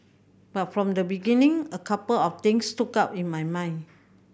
but from the beginning a couple of things stood out in my mind